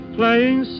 playing